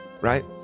right